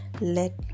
let